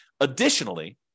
Additionally